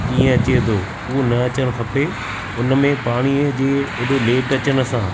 इएं अचे थो उहो न अचणु खपे उन में पाणीअ जे ऐॾो लेट अचण सां